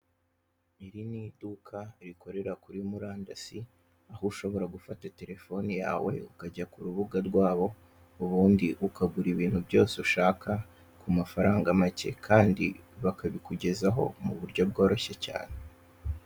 Iri ni iduka rikorera kuri murandasi, aho ushobora gufata telefoni yawe, ukajya ku rubuga rwabo ubundi ukagura ibintu byose ushaka ku mafaranga make kandi bakabikugezaho mu buryo bworoshye cyane.